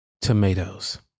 tomatoes